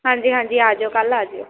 ਹਾਂਜੀ ਹਾਂਜੀ ਆ ਜਿਓ ਕੱਲ੍ਹ ਆ ਜਿਓ